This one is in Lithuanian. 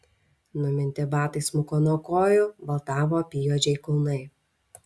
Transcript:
numinti batai smuko nuo kojų baltavo apyjuodžiai kulnai